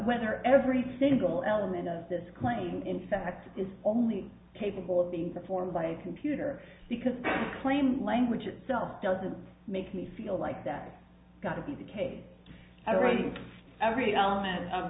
ether every single element of this claim in fact is only capable of being performed by a computer because the claim language itself doesn't make me feel like that gotta be the case i write every element of